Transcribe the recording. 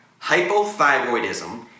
Hypothyroidism